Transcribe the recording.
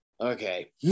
Okay